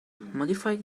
modifying